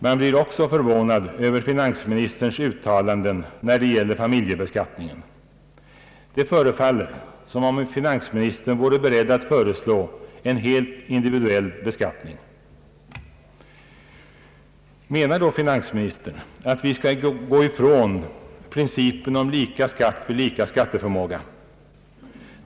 Man blir också förvånad över finansministerns uttalanden när det gäller familjebeskattningen. Det förefaller som om finansministern vore beredd att föreslå en helt individuell beskattning. Menar då finansministern att vi skall gå ifrån principen om lika skatt för lika skatteförmåga?